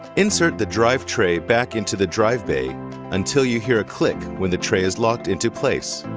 insert the drive tray back into the drive bay until you hear a click when the tray is locked into place.